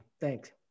Thanks